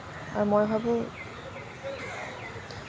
আৰু মই ভাবোঁ